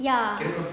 ya